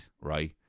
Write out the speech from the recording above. right